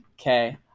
okay